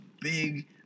big